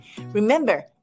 Remember